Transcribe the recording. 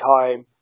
time